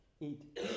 eat